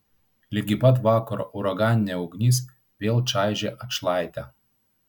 ligi pat vakaro uraganinė ugnis vėl čaižė atšlaitę